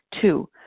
Two